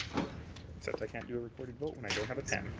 sort of like and do a recorded vote when i don't have a pen.